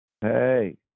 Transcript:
Hey